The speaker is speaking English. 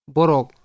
Borog